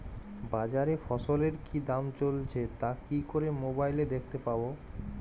বাজারে ফসলের কি দাম চলছে তা কি করে মোবাইলে দেখতে পাবো?